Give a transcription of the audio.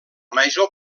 major